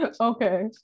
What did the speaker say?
okay